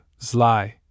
Zli